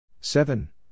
seven